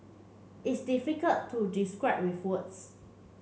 it's difficult to describe with words